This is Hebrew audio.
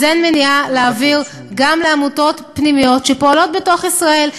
אז אין מניעה להעביר גם לעמותות פנימיות שפועלות בתוך ישראל.